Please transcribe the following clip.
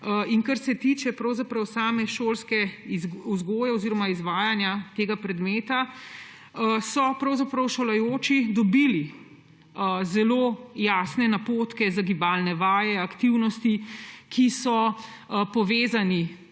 Kar se tiče same šolske vzgoje oziroma izvajanja tega predmeta, so šolajoči se dobili zelo jasne napotke za gibalne vaje, aktivnosti, ki so povezane